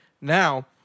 Now